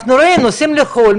אנחנו רואים שאנשים נוסעים לחו"ל,